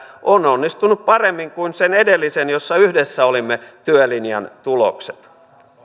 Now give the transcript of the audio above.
ovat onnistuneet paremmin kuin sen edellisen jossa yhdessä olimme työlinjan tulokset no